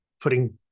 putting